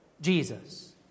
Jesus